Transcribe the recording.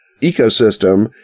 ecosystem